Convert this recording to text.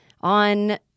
On